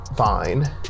fine